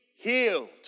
healed